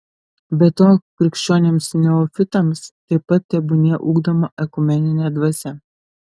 be to krikščionims neofitams taip pat tebūnie ugdoma ekumeninė dvasia